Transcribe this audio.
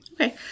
Okay